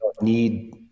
need